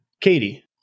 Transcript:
Katie